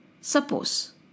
Suppose